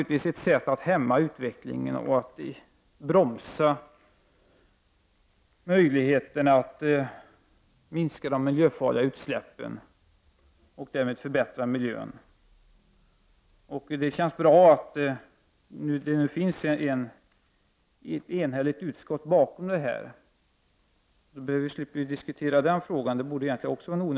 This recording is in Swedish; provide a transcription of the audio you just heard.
Detta hämmar utvecklingen och bromsar möjligheten att minska de miljöfarliga utsläppen och därmed förbättra miljön. Det känns bra att det finns ett enigt utskott bakom detta uttalande.